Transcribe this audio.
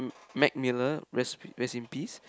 Mac-Miller rest rest in peace